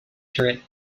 turret